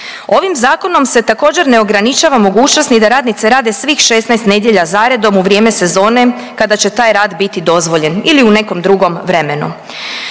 Ovim zakonom se također ne ograničava mogućnost ni da radnice rade svih 16 nedjelja za redom u vrijeme sezone kada će taj rad biti dozvoljen ili u nekom drugom vremenu.